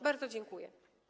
Bardzo dziękuję.